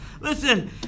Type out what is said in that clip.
Listen